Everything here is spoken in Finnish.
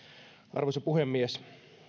arvoisa puhemies